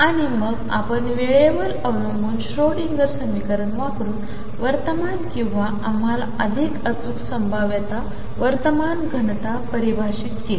आणिमगआपणवेळेवरअवलंबूनश्रोडिंगरसमीकरणवापरूनवर्तमानकिंवाआम्हालाअधिकअचूकसंभाव्यतावर्तमानघनतापरिभाषितकेली